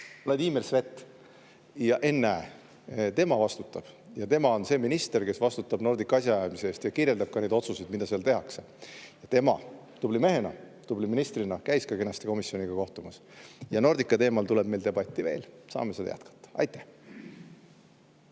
Vladimir Svet. Ja, ennäe, tema on minister, kes vastutab Nordica asjaajamise eest ja kirjeldab otsuseid, mida seal tehakse. Ja tema tubli mehena, tubli ministrina käis kenasti komisjoniga kohtumas. Ja Nordica teemal tuleb meil debatti veel, saame seda jätkata. Suur